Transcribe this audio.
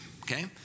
okay